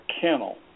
kennel